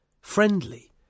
friendly